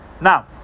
Now